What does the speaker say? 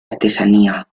artesanía